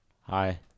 hi